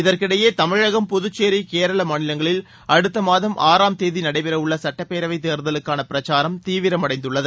இதற்கிடடயே தமிழகம் புதுச்சேரி கேரள மாநிலங்களில் அடுத்த மாதம் ஆறாம் தேதி நடைபெறவுள்ள சுட்டப்பேரவை தேர்தலுக்கான பிரச்சாரம் தீவிரமடைந்துள்ளது